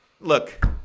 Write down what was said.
Look